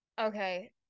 okay